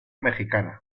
mexicana